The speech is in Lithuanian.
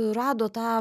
rado tą